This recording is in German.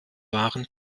wahren